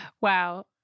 Wow